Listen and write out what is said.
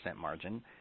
margin